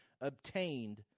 obtained